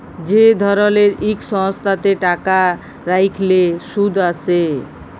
যে ধরলের ইক সংস্থাতে টাকা রাইখলে সুদ আসে